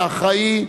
האחראי,